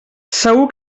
segur